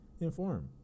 inform